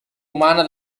umana